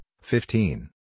fifteen